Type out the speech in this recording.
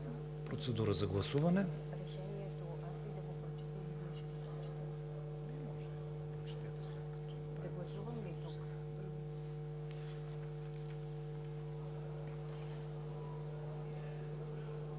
процедура на гласуване.